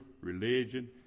religion